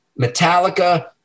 Metallica